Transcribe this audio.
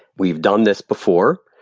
we've done this before.